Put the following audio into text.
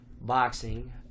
boxing